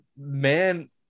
man